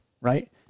Right